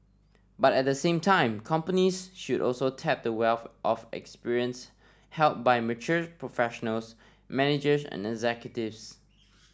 but at the same time companies should also tap the wealth of experience held by mature professionals managers and executives